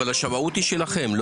אבל השמאות היא שלכם.